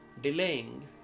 delaying